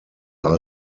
are